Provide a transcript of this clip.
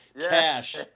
cash